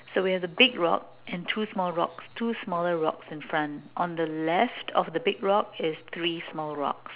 so we have the big rock and two small rocks two smaller rocks in front on the left of the big rock is three small rocks